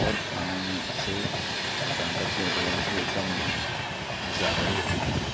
اور کھانوں میں سے طاقت کے اعتبار سے کم نہیں ہوتا زیادہ ہی ہوتا ہے